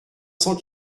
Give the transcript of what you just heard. cent